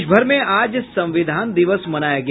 देशभर में आज संविधान दिवस मनाया गया